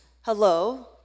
hello